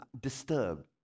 disturbed